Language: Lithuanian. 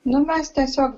nu mes tiesiog